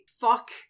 Fuck